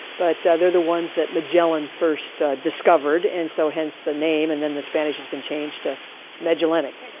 but they're the ones that magellan first discovered and so hence the name, and then the spanish has been changed to magellanic.